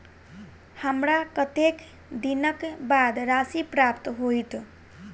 हमरा कत्तेक दिनक बाद राशि प्राप्त होइत?